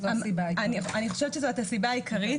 אני חושבת שזו הסיבה העיקרית,